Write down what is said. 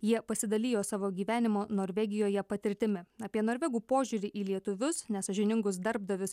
jie pasidalijo savo gyvenimo norvegijoje patirtimi apie norvegų požiūrį į lietuvius nesąžiningus darbdavius